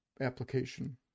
application